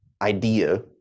idea